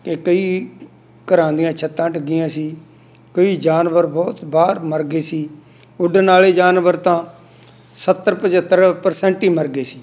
ਅਤੇ ਕਈ ਘਰਾਂ ਦੀਆਂ ਛੱਤਾਂ ਡਿੱਗੀਆਂ ਸੀ ਕਈ ਜਾਨਵਰ ਬਹੁਤ ਬਾਹਰ ਮਰ ਗਏ ਸੀ ਉੱਡਣ ਆਲੇ ਜਾਨਵਰ ਤਾਂ ਸੱਤਰ ਪਝੱਤਰ ਪ੍ਰਸੈਂਟ ਹੀ ਮਰ ਗਏ ਸੀ